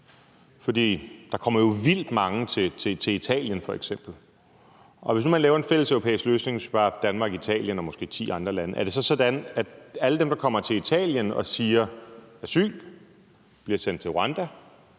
For der kommer jo vildt mange til Italien, f.eks. Og hvis nu man laver en fælleseuropæisk løsning med bare Danmark, Italien og måske ti andre lande, er det så sådan, at alle dem, der kommer til Italien og siger asyl, bliver sendt til Rwanda,